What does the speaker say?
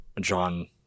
John